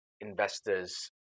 investors